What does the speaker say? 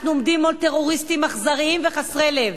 אנחנו עומדים מול טרוריסטים אכזרים וחסרי לב.